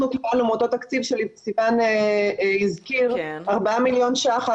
אנחנו קיבלנו מאותו תקציב שסיון הזכיר 4.2 מיליון שקלים,